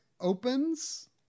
opens